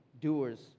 doers